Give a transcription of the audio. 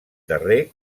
darrer